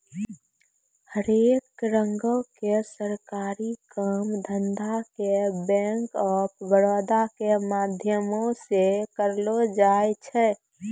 हरेक रंगो के सरकारी काम धंधा के बैंक आफ बड़ौदा के माध्यमो से करलो जाय छै